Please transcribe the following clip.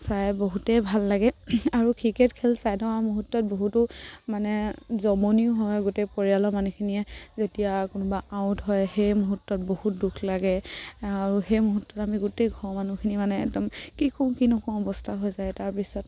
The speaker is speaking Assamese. চাই বহুতেই ভাল লাগে আৰু ক্ৰিকেট খেল চাই থকা মুহূৰ্তত বহুতো মানে জমনিও হয় গোটেই পৰিয়ালৰ মানুহখিনিয়ে যেতিয়া কোনোবা আউট হয় সেই মুহূৰ্তত বহুত দুখ লাগে আৰু সেই মুহূৰ্তত আমি গোটেই ঘৰৰ মানুহখিনি মানে একদম কি কৰোঁ কি নকৰোঁ অৱস্থা হৈ যায় তাৰপিছত